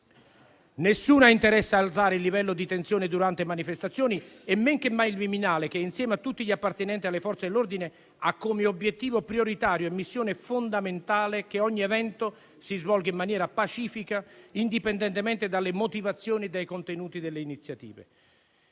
Nessuno ha interesse ad alzare il livello di tensione durante le manifestazioni e men che mai il Viminale che, insieme a tutti gli appartenenti alle Forze dell'ordine, ha come obiettivo prioritario e missione fondamentale che ogni evento si svolga in maniera pacifica, indipendentemente dalle motivazioni e dai contenuti delle iniziative.